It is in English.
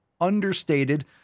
understated